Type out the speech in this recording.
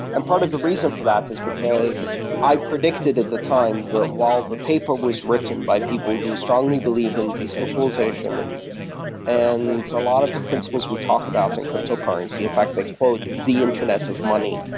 and part of the reason for that is because i predicted at the time that while the paper was written by people who strongly believe in decentralization and and a lot of the principles we talk about in cryptocurrency, in fact, they quote the internet of money,